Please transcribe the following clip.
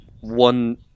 one